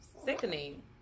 Sickening